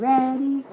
Ready